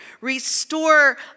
Restore